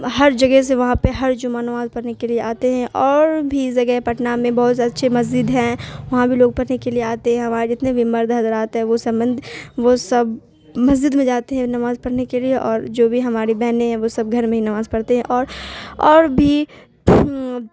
ہر جگہ سے وہاں پہ ہر جمعہ نماز پڑھنے کے لیے آتے ہیں اور بھی زگہ پٹنہ میں بہت سے اچھے مسجد ہیں وہاں بھی لوگ پڑھنے کے لیے آتے ہیں وہاں جتنے بھی مرد حضرات ہے وہ سب مند وہ سب مسجد میں جاتے ہیں نماز پرھنے کے لیے اور جو بھی ہماری بہنیں ہیں وہ سب گھر میں ہی نماز پڑھتے ہیں اور اور بھی